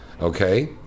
Okay